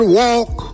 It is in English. walk